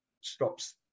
stops